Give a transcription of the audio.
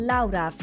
Laura